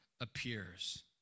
appears